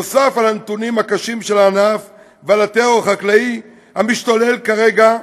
נוסף על הנתונים הקשים של הענף ועל הטרור החקלאי המשתולל כרגע,